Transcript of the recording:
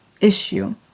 issue